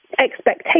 expectation